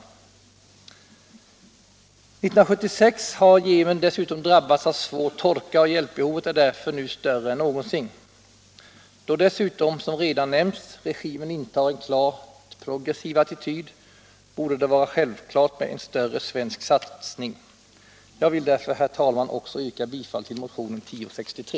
1976 drabbades Jemen av svår torka, och hjälpbehovet är därför större än någonsin. Då dessutom, som redan nämnts, regimen intar en klart progressiv attityd, borde det vara självklart med en större svensk satsning. Herr talman! Jag yrkar därför bifall också till motionen 1063.